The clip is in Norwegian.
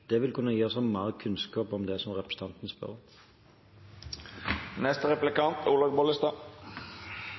Det vil kunne gi oss mer kunnskap om det representanten spør om.